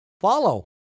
follow